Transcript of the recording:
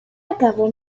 acabo